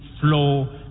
flow